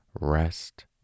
rest